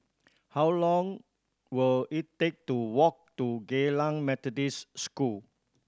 how long will it take to walk to Geylang Methodist School